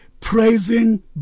praising